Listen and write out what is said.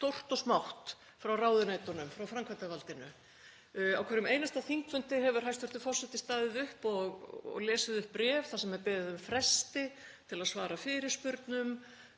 stórt og smátt frá ráðuneytunum, frá framkvæmdarvaldinu. Á hverjum einasta þingfundi hefur hæstv. forseti staðið upp og lesið upp bréf þar sem er beðið um fresti til að svara fyrirspurnum.